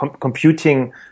computing